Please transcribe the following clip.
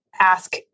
ask